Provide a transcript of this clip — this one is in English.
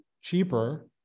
cheaper